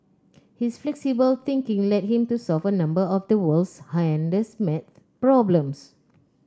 his flexible thinking led him to solve a number of the world's hardest maths problems